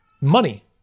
money